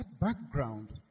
background